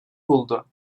buldu